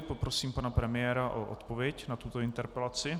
Poprosím pana premiéra o odpověď na tuto interpelaci.